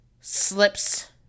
slips